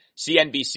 CNBC